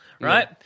right